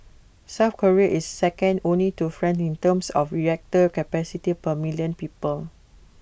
south Korea is second only to France in terms of reactor capacity per million people